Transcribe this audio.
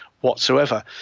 whatsoever